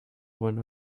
one